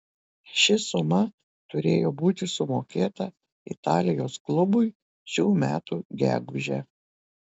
ši suma turėjo būti sumokėta italijos klubui šių metų gegužę